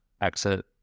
exit